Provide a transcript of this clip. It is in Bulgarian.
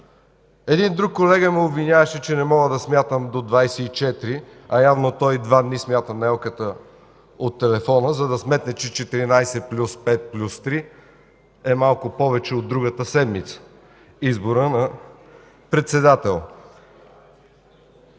Един друг колега ме обвиняваше, че не мога да смятам до 24, а явно той два дни смята на елката от телефона, за да пресметне, че 14 плюс 5 плюс 3 е малко повече от другата седмица – избора на председател.